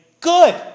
good